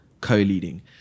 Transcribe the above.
co-leading